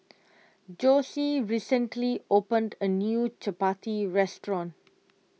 Josie recently opened a new Chappati restaurant